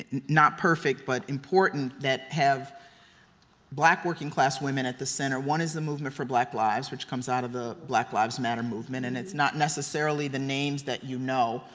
and not perfect, but important that have black working class women at the center. one is the movement for black lives, which comes out of the black lives matter movement and it's not necessarily the names that you know,